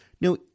Now